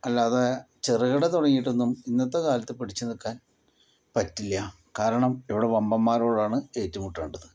അല്ലാതെ ചെറുകിട തുടങ്ങിയിട്ട് ഒന്നും ഇന്നത്തെ കാലത്ത് പിടിച്ചുനിൽക്കാൻ പറ്റില്ല കാരണം ഇവിടെ വമ്പൻമാരോടാണ് ഏറ്റുമുട്ടേണ്ടത്